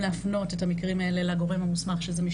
אז אני אתחיל דווקא מהשאלה האחרונה ברשותך,